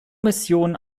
missionen